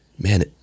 man